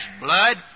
blood